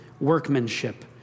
workmanship